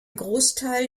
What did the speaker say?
großteil